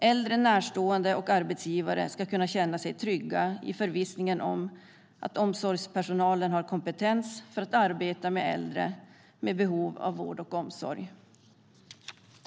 Äldre, närstående och arbetsgivare ska kunna känna sig trygga i förvissningen om att omsorgspersonalen har kompetens att arbeta med äldre med behov av vård och omsorg.